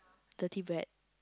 dirty bread